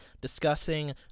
discussing